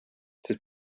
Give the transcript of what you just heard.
siis